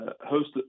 host